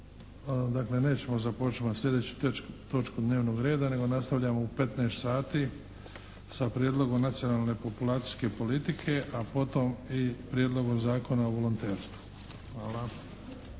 dakle nećemo započinjati sljedeću točku dnevnog reda nego nastavljamo u 15,00 sati sa Prijedlogom nacionalne populacijske politike a potom i Prijedlogom zakona o volonterstvu. Hvala.